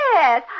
Yes